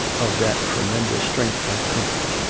of that tremendous strength and comfort.